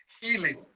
healing